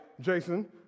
Jason